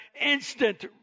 instant